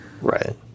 Right